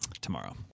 tomorrow